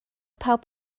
pawb